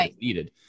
needed